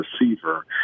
receiver